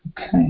Okay